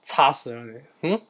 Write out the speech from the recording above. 差死人 hmm